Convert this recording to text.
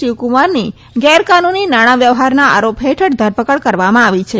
શિવકુમારની ગેરકાનુની નાણાં વ્યવહારના આરોપ હેઠળ ધરપકડ કરવામાં આવી છે